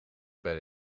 bij